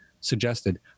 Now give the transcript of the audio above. suggested